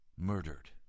murdered